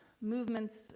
Movements